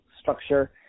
structure